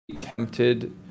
tempted